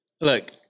Look